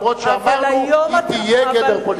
למרות שאמרנו שהיא תהיה גדר פוליטית.